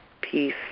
peace